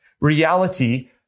reality